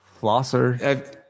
Flosser